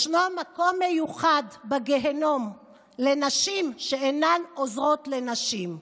ישנו מקום מיוחד בגיהינום לנשים שאינן עוזרות לנשים.